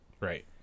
right